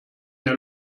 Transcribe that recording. der